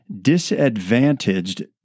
disadvantaged